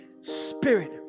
spirit